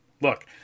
look